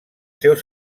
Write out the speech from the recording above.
seus